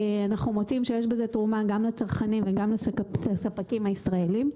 אנחנו מוצאים שיש בזה תרומה גם לצרכנים וגם לספקים הישראליים.